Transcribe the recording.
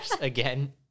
again